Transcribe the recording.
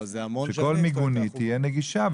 שכל מיגונית תהיה נגישה.